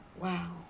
wow